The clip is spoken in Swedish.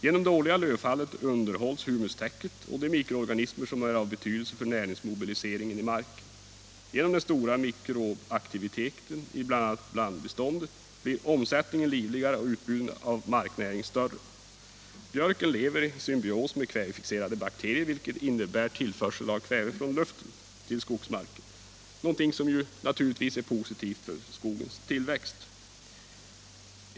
Genom det årliga lövfallet underhålls humustäcket och de mikroorganismer som är av betydelse för näringsmobiliseringen i marken. Genom den stora mikrobaktiviteten i blandbeståndet blir omsättningen livligare och utbudet av marknäring större. Björken lever i symbios med kvävefixerande bakterier, vilket innebär tillförsel av kväve från luften till skogsmarken, vilket är positivt för skogens tillväxt.